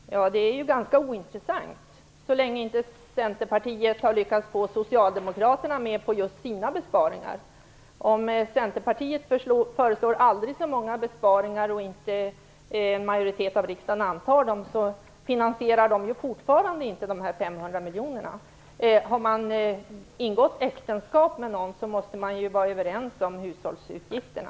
Herr talman! Det är ju ganska ointressant, så länge inte Centerpartiet har lyckats få Socialdemokraterna med på just sina besparingar. Även om Centerpartiet föreslår aldrig så många besparingar finansieras ju inte de här utgifterna om 500 miljoner om riksdagen inte antar de föreslagna besparingarna. Har man ingått äktenskap med någon måste man ju vara överens om hushållsutgifterna.